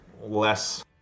less